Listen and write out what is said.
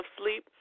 sleep